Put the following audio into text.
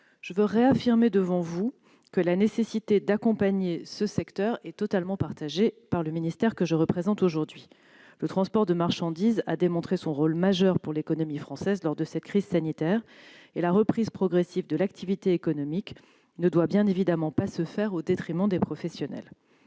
Je veux réaffirmer devant vous que la nécessité d'accompagner ce secteur est totalement partagée par le ministère que je représente aujourd'hui. Le transport de marchandises a démontré son rôle majeur pour l'économie française lors de cette crise sanitaire et la reprise progressive de l'activité économique ne doit bien évidemment pas se faire au détriment de ces professionnels.